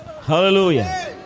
Hallelujah